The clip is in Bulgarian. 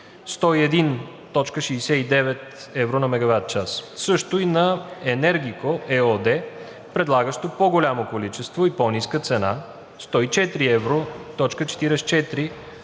101,69 евро за мегаватчас, също и на „Енергико“ ЕООД, предлагащо по-голямо количество и по-ниска цена – 104,44 евро